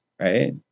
right